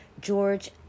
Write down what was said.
George